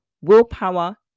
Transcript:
willpower